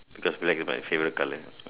because black is my favourite colour